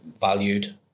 valued